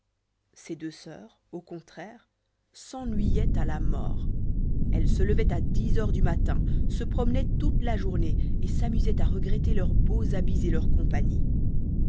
ses deux sœurs au contraire s'ennuyaient à la mort elles se levaient à dix heures du matin se promenaient toute la journée et s'amusaient à regretter leurs beaux habits et les compagnies